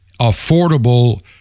affordable